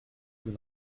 vous